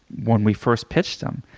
when we first pitched him,